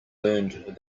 learned